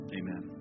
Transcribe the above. Amen